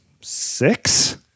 Six